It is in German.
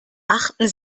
achten